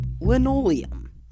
linoleum